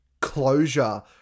closure